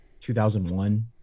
2001